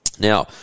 Now